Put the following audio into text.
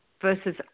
versus